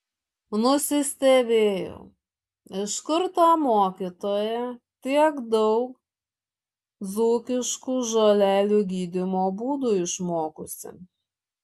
nusistebėjau iš kur ta mokytoja tiek daug dzūkiškų žolelių gydymo būdų išmokusi